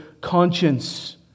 conscience